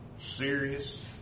serious